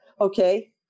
okay